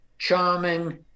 charming